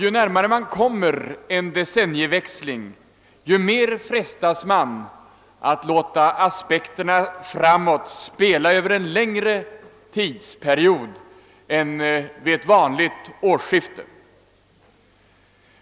Ju närmare man kommer en decennieväxling, desto mer frestas man att låta aspekterna framåt spela över en längre tidsperiod än vid ett vanligt årsskifte.